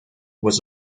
was